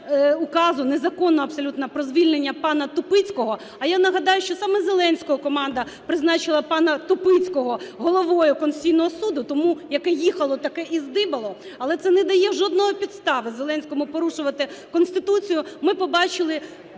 незаконного абсолютно, про звільнення пана Тупицького. А я нагадаю, що саме Зеленського команда призначила пана Тупицького Головою Конституційного Суду, тому, яке їхало таке і здибало. Але це не дає жодної підстави Зеленському порушувати Конституцію. Ми побачили абсолютно